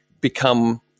become